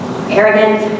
arrogant